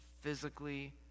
physically